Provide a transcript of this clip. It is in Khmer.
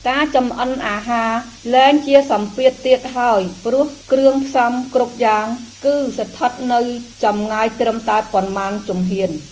ការចម្អិនអាហារលែងជាសម្ពាធទៀតហើយព្រោះគ្រឿងផ្សំគ្រប់យ៉ាង គឺស្ថិតនៅចម្ងាយត្រឹមតែប៉ុន្មានជំហាន។